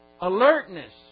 alertness